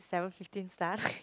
seven fifteen star